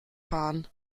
fahren